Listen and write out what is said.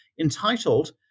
entitled